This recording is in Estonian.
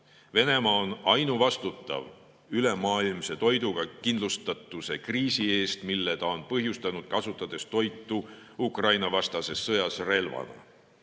Venemaa on ainuvastutav ülemaailmse toiduga kindlustatuse kriisi eest, mille ta on põhjustanud, kasutades toitu Ukraina-vastases sõjas relvana. Nagu